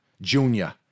junior